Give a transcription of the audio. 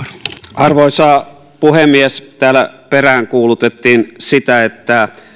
arvoisa puhemies täällä peräänkuulutettiin sitä että